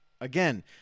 again